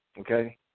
Okay